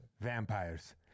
Vampires